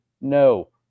no